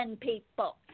people